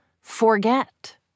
forget